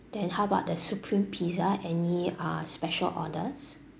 then how about the supreme pizza any uh special orders